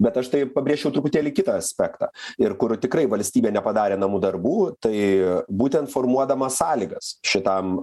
bet aš tai pabrėžčiau truputėlį kitą aspektą ir kur tikrai valstybė nepadarė namų darbų tai būtent formuodama sąlygas šitam